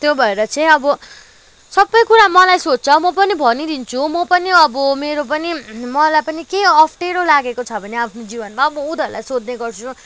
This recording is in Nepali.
त्यो भएर चाहिँ अब सबै कुरा मलाई सोध्छ म पनि भनिदिन्छु म पनि अब मेरो पनि मलाई पनि के अप्ठ्यारो लागेको छ भने आफ्नो जीवनमा म उनीहरूलाई सोध्ने गर्छु